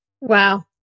Wow